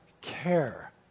care